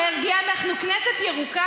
ולהפך, קוד הלבוש שלנו, יש לי הרבה מה לדבר,